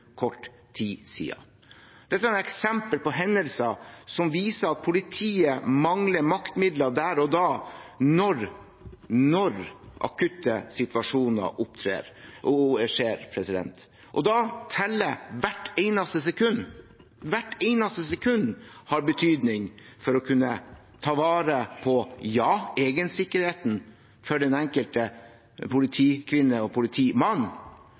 kort tid siden. Dette er eksempler på hendelser som viser at politiet mangler maktmidler der og da når akutte situasjoner skjer, og da teller hvert eneste sekund. Hvert eneste sekund har betydning for å kunne ta vare på egensikkerheten for den enkelte politikvinne og politimann,